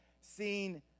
seen